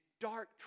dark